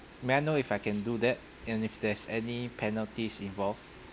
may I know if I can do that and if there's any penalties involved